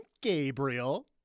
Gabriel